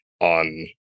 on